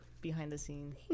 behind-the-scenes